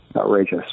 outrageous